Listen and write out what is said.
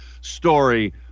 story